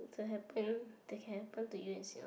to happen that can happen to you in Singa~